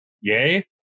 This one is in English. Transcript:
Yay